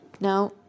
Now